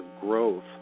growth